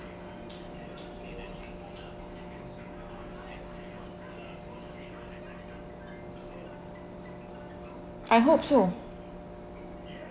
I hope so